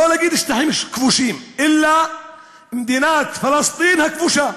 לא להגיד "שטחים כבושים" אלא "מדינת פלסטין הכבושה".